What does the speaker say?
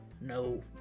no